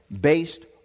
based